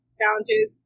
challenges